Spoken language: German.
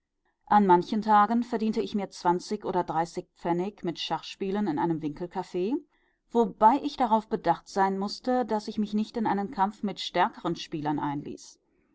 an manchen tagen verdiente ich mir zwanzig oder dreißig pfennig mit schachspielen in einem winkelkaffee wobei ich darauf bedacht sein mußte daß ich mich nicht in einen kampf mit stärkeren spielern einließ